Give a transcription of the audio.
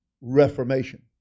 Reformation